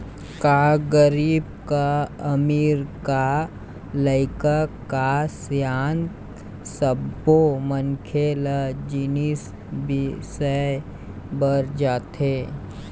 का गरीब का अमीर, का लइका का सियान सब्बो मनखे ल जिनिस बिसाए बर जाथे